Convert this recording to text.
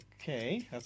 Okay